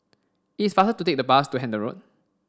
it's faster to take the bus to Hendon Road